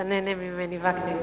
אתה נהנה ממני, חבר הכנסת וקנין.